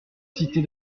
cité